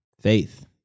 faith